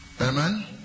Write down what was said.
Amen